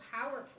powerful